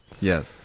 Yes